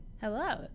Hello